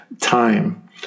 time